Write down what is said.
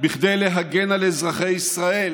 כדי להגן על אזרחי ישראל